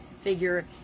figure